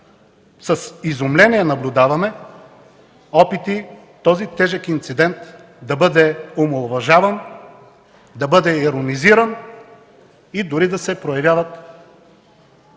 с изумление наблюдаваме опити този тежък инцидент да бъде омаловажаван, да бъде иронизиран и дори да се появяват